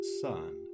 Son